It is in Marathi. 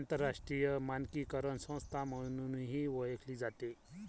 आंतरराष्ट्रीय मानकीकरण संस्था म्हणूनही ओळखली जाते